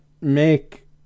make